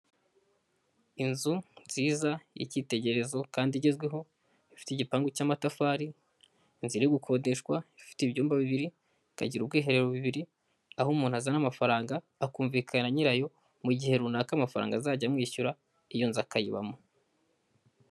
Inzu nziza y'icyitegererezo kandi igezweho ifite igipangu cy'amatafari, inzu iri gukodeshwa ifite ibyumba bibiri ikagira ubwiherero bubiri. Aho umuntu azana amafaranga akumvikana na nyirayo mu gihe runaka amafaranga azajya amwishyura iyo nzu akayibamo.